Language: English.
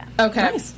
Okay